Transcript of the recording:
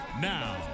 Now